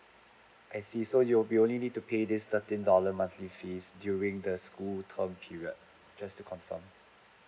I see so you will be only need to pay this thirteen dollar monthly fees during the school term period just to confirm